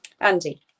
Andy